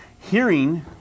hearing